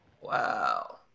Wow